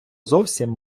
зовсім